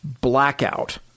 blackout